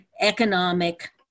economic